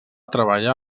treballar